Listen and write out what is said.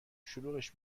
شلوغش